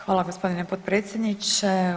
Hvala gospodine potpredsjedniče.